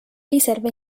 riserve